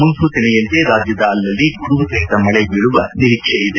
ಮುನ್ಸೂಚನೆಯಂತೆ ರಾಜ್ಜದ ಅಲ್ಲಲ್ಲಿ ಗುಡುಗು ಸಹಿತ ಮಳೆ ಬೀಳುವ ನಿರೀಕ್ಷೆ ಇದೆ